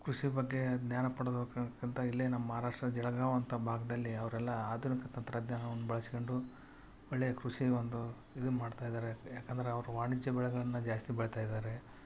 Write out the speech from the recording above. ಕೃಷಿ ಬಗ್ಗೆ ಜ್ಞಾನ ಪಡೆದೋರಕ್ಕಿಂತ ಇಲ್ಲೆ ನಮ್ಮ ಮಹಾರಾಷ್ಟ್ರ ಜಲಗಾವ್ ಅಂತ ಭಾಗದಲ್ಲಿ ಅವರೆಲ್ಲ ಆಧುನಿಕ ತಂತ್ರಜ್ಞಾನವನ್ನು ಬಳಸ್ಕೊಂಡು ಒಳ್ಳೆಯ ಮಹಾರಾಷ್ಟ್ರ ಜಳಗಾವ್ ಒಂದು ಇದು ಮಾಡ್ತಾಯಿದ್ದಾರೆ ಯಾಕೆಂದ್ರೆ ಅವರು ವಾಣಿಜ್ಯ ಬೆಳೆಗಳನ್ನು ಜಾಸ್ತಿ ಬೆಳಿತಾ ಇದ್ದಾರೆ